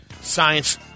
Science